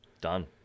Done